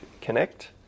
connect